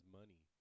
money